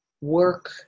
work